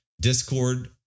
Discord